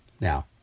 now